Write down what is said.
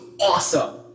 awesome